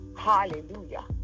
Hallelujah